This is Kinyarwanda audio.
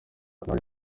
bageze